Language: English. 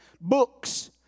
books